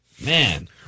Man